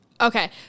Okay